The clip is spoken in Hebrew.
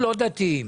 דתיים.